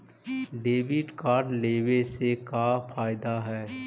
Debit card लेवे से का का फायदा है?